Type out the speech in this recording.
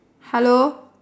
hello